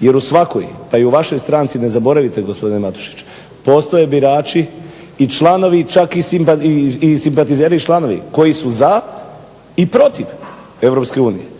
jer u svakoj pa i u vašoj stranci ne zaboravite gospodine Matušić, postoje birači i članovi i čak simpatizeri članovi koji su za i protiv EU.